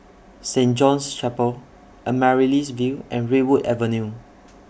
Saint John's Chapel Amaryllis Ville and Redwood Avenue